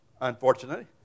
unfortunately